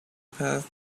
path